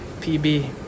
PB